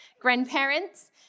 Grandparents